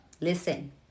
Listen